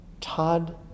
Todd